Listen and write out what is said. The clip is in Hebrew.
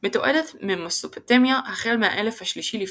מתועדת ממסופוטמיה החל מהאלף השלישי לפנה"ס.